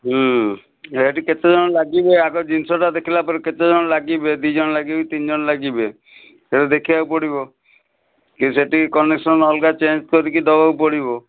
ନିହାତି କେତେ ଜଣ ଲାଗିବେ ଆଗ ଜିନିଷଟା ଦେଖିଲା ପରେ କେତେ ଜଣ ଲାଗିବେ ଦୁଇ ଜଣ ଲାଗିବେ କି ତିନି ଜଣ ଲାଗିବେ ସେଇଟା ଦେଖିବାକୁ ପଡ଼ିବ କି ସେଠି କନେକ୍ସନ୍ ଅଲଗା ଚେଞ୍ଜ କରିକି ଦେବାକୁ ପଡ଼ିବ